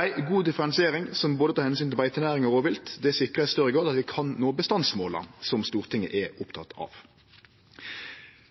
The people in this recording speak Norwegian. Ei god differensiering som både tek omsyn til beitenæring og rovvilt, sikrar i større grad at vi kan nå bestandsmåla, som Stortinget er oppteke av.